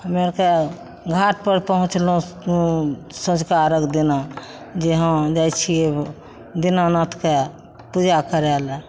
हमे अरके घाटपर पहुँचलहुँ सौंझका अर्घ दिना जे हँ जाइ छियै दीनानाथके पूजा करय लए